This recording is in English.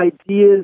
ideas